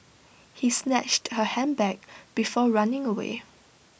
he snatched her handbag before running away